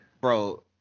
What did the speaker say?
Bro